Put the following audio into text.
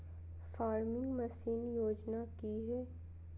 Farming machine योजना कि हैय?